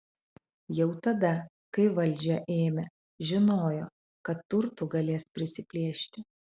jau tada kai valdžią ėmė žinojo kad turtų galės prisiplėšti